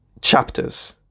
chapters